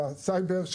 והסייבר,